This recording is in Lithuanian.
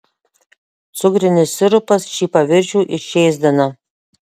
cukrinis sirupas šį paviršių išėsdina